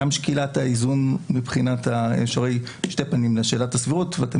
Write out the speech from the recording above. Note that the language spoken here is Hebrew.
גם שקילת האיזון - הרי יש שתי פנים לשאלת הסבירות ואתם